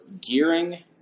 gearing